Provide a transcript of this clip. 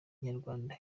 inyarwanda